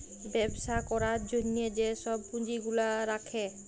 ব্যবছা ক্যরার জ্যনহে যে ছব পুঁজি গুলা রাখে